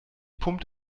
pumpt